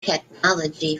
technology